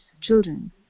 children